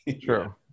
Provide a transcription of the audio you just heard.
true